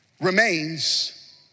remains